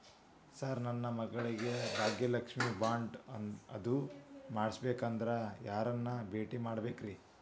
Sir ನನ್ನ ಮಗಳಿಗೆ Bhagyalakshmi bond ಅದು ಮಾಡಿಸಬೇಕೆಂದು ಯಾರನ್ನ ಭೇಟಿಯಾಗಬೇಕ್ರಿ?